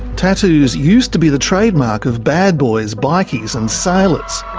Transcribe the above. tattoos used to be the trademark of bad boys, bikies and sailors,